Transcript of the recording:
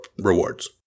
rewards